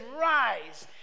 rise